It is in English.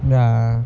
ya